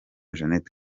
jeannette